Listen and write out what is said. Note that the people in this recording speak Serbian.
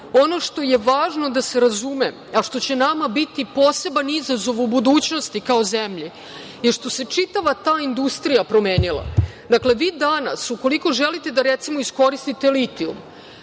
što je važno da se razume, a što će nama biti poseban izazov u budućnosti kao zemlje, je što se čitava ta industrija promenila. Dakle, vi danas ukoliko želite da, recimo, iskoristite litijum